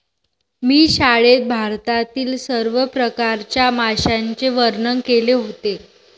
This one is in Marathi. मी शाळेत भारतातील सर्व प्रकारच्या माशांचे वर्णन केले होते